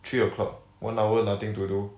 three o'clock one hour nothing to do